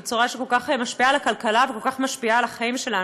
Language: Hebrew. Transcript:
בצורה שכל כך משפיעה על הכלכלה וכל כך משפיעה על החיים שלנו.